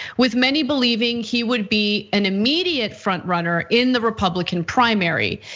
with many believing he would be an immediate front runner in the republican primary.